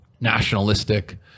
nationalistic